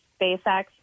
SpaceX